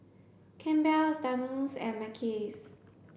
Campbell's Danone and Mackays